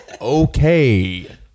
Okay